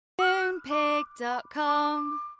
Moonpig.com